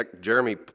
Jeremy